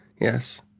Yes